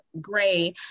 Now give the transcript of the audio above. gray